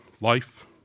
life